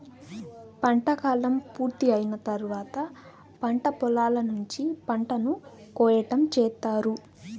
పంట కాలం పూర్తి అయిన తర్వాత పంట పొలాల నుంచి పంటను కోయటం చేత్తారు